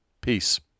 Peace